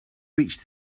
reached